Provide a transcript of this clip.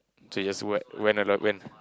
so you just went along went